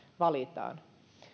valitaan